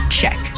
Check